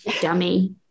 dummy